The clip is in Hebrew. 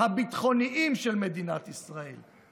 הביטחוניים של מדינת ישראל.